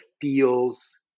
feels